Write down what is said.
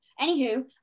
anywho